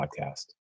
podcast